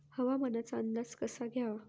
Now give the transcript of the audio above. हवामानाचा अंदाज कसा घ्यावा?